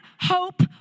hope